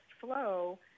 flow